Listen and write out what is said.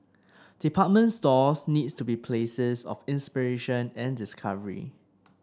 department stores need to be places of inspiration and discovery